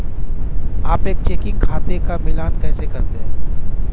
आप एक चेकिंग खाते का मिलान कैसे करते हैं?